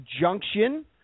Junction